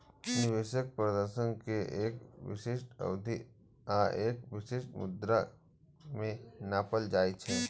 निवेश प्रदर्शन कें एक विशिष्ट अवधि आ एक विशिष्ट मुद्रा मे नापल जाइ छै